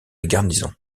garnison